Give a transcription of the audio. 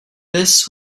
this